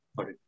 Okay